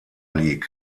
league